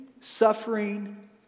suffering